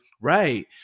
right